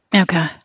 Okay